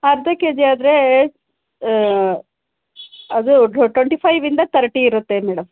ಅರ್ಧ ಕೆಜಿ ಆದರೆ ಅದೂ ಟ್ವೆಂಟಿ ಫೈವ್ ಇಂದ ತರ್ಟಿ ಇರುತ್ತೆ ಮೇಡಮ್